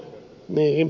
niin